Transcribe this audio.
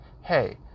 hey